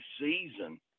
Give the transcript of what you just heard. season